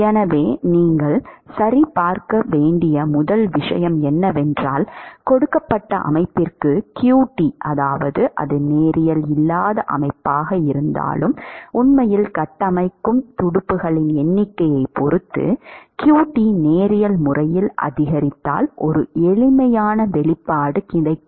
எனவே நீங்கள் சரிபார்க்க வேண்டிய முதல் விஷயம் என்னவென்றால் கொடுக்கப்பட்ட அமைப்பிற்கு qt அதாவது அது நேரியல் இல்லாத அமைப்பிற்கு நீங்கள் உண்மையில் கட்டமைக்கும் துடுப்புகளின் எண்ணிக்கையைப் பொறுத்து qt நேரியல் முறையில் அதிகரித்தால் ஒரு எளிமையான வெளிப்பாடு கிடைக்கும்